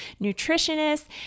nutritionists